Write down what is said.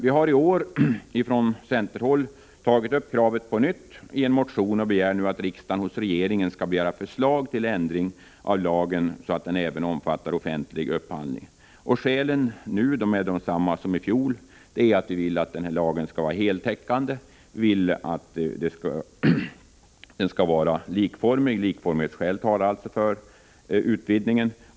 Vi har i år från centerhåll tagit upp kravet på nytt i en motion och yrkar nu att riksdagen hos regeringen skall begära förslag till ändring av lagen, så att den även omfattar offentlig upphandling. Skälen nu är desamma som i fjol: vi vill att lagen skall vara heltäckande och att den skall vara likformig. Likformighetsskäl talar alltså för denna utvidgning.